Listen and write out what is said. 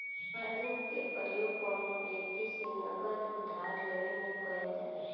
margin के प्रयोग कौनो व्यक्ति से नगद उधार लेवे में कईल जाला